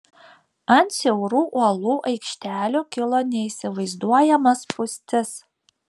ant siaurų uolų aikštelių kilo neįsivaizduojama spūstis